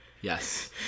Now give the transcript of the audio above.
yes